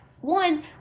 one